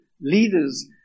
leaders